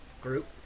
group